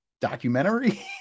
documentary